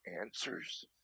answers